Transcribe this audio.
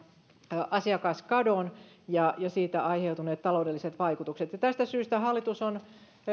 asiakaskadon ja siitä aiheutuneet taloudelliset vaikutukset ja tästä syystä hallitus on